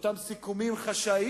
את אותם סיכומים חשאיים